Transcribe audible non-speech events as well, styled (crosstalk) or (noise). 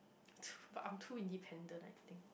too (breath) I'm too independent I think